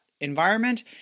environment